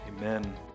Amen